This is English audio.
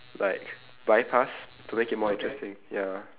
like bypass to make it more interesting ya